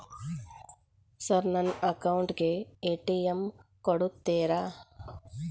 Sir ನನ್ನ account ಗೆ ATM ಕೊಡುತ್ತೇರಾ?